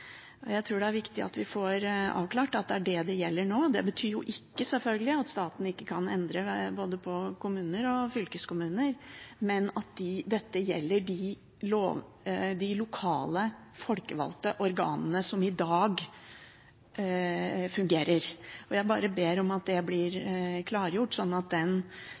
Jeg tror det er viktig at vi får avklart at det er det det gjelder nå. Det betyr selvfølgelig ikke at staten kan endre på både kommuner og fylkeskommuner, men at dette gjelder de lokale folkevalgte organene som i dag fungerer. Jeg bare ber om at det blir klargjort, slik at